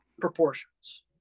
proportions